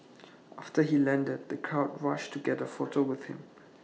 after he landed the crowds rushed to get A photo with him